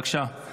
בבקשה.